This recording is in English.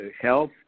health